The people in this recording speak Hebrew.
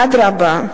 אדרבה,